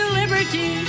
liberty